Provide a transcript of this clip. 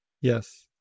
yes